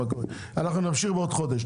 אנחנו נמשיך בעוד חודש.